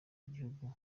y’igihugu